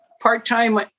part-time